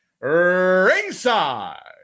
ringside